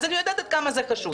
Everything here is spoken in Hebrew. אז אני יודעת עד כמה זה חשוב.